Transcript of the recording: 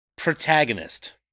Protagonist